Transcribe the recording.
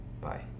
bye